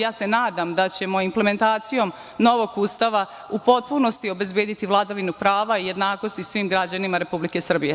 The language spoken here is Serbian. Ja se nadama da ćemo implementacijom novog Ustava u potpunosti obezbediti vladavinu prava, jednakosti i svim građanima Republike Srbije.